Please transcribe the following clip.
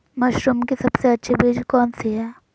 Mushroom की सबसे अच्छी बीज कौन सी है?